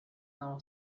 now